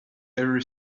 ever